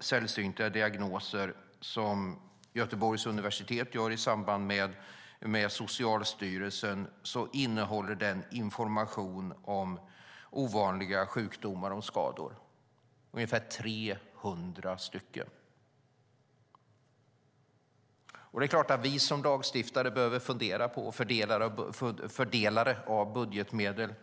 sällsynta diagnoser som Göteborgs universitet sätter samman i samarbete med Socialstyrelsen innehåller information om ungefär 300 ovanliga sjukdomar och skador. Vi som lagstiftare behöver fundera över hur budgetmedlen ska fördelas.